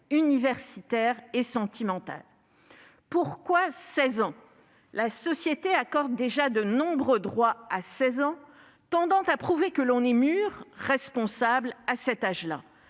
universitaire et sentimental. Pourquoi 16 ans ? À cet âge, la société accorde déjà de nombreux droits, tendant à prouver que l'on est mûr, responsable à ce stade.